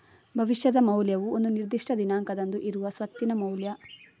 ಭವಿಷ್ಯದ ಮೌಲ್ಯವು ಒಂದು ನಿರ್ದಿಷ್ಟ ದಿನಾಂಕದಂದು ಇರುವ ಸ್ವತ್ತಿನ ಮೌಲ್ಯ